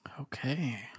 Okay